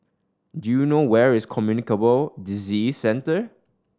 do you know where is Communicable Disease Center